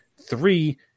three